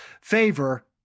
favor